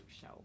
show